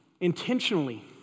intentionally